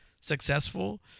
successful